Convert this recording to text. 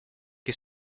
che